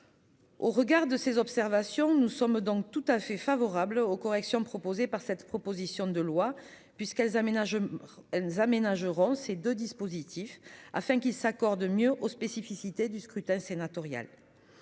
Au regard de ces observations. Nous sommes donc tout à fait favorable aux corrections proposées par cette proposition de loi puisqu'elles aménagent. Elles aménageur ces 2 dispositifs afin qu'ils s'accordent mieux aux spécificités du scrutin sénatorial.